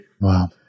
Wow